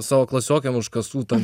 savo klasiokėm už kasų tai